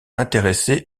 intéressés